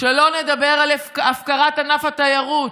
שלא נדבר על הפקרת ענף התיירות.